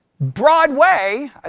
Broadway